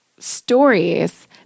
stories